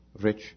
rich